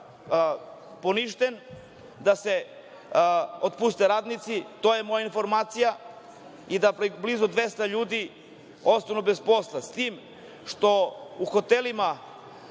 poništen, da se otpuste radnici, to je moja informacija, i da blizu 200 ljudi ostane bez posla, s tim što u hotelima